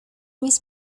mis